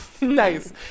Nice